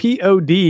POD